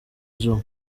joe